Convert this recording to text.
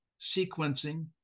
sequencing